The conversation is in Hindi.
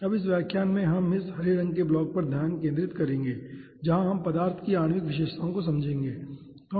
अब इस व्याख्यान में हम इस हरे रंग के ब्लॉक पर ध्यान केंद्रित करेंगे जहां हम पदार्थ की आणविक विशेषताओं को समझेंगे ठीक है